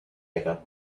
makeup